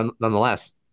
nonetheless